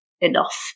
enough